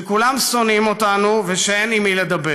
שכולם שונאים אותנו ושאין עם מי לדבר.